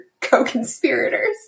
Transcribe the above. co-conspirators